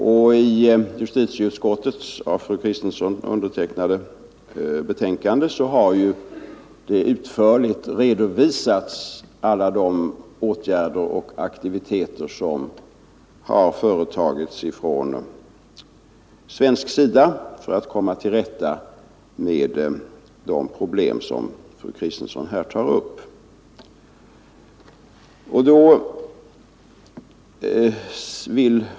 I justitieutskottets av fru Kristensson undertecknade betänkande har utförligt redovisats alla de åtgärder och aktiviteter som har företagits från svenskt håll för att komma till rätta med de problem som fru Kristensson tar upp.